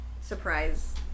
surprise